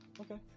Okay